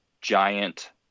giant